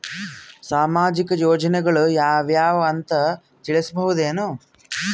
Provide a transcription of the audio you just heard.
ಸಾಮಾಜಿಕ ಯೋಜನೆಗಳು ಯಾವ ಅವ ಅಂತ ತಿಳಸಬಹುದೇನು?